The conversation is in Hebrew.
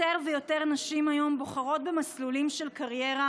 יותר ויותר נשים היום בוחרות במסלולים של קריירה